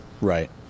right